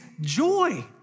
joy